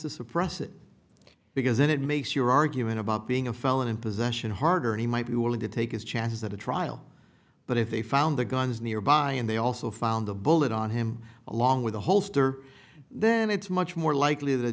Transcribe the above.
to suppress it because it makes your argument about being a felon in possession harder he might be willing to take his chances at a trial but if they found the guns nearby and they also found the bullet on him along with a holster then it's much more likely the